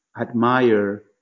admire